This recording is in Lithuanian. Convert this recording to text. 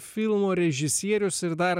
filmo režisierius ir dar